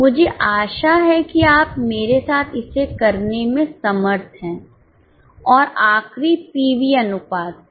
मुझे आशा है कि आप मेरे साथ इसे करने में समर्थ हैं और आखिरी पीवी अनुपात था